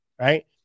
right